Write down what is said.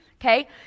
okay